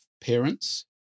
parents